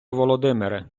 володимире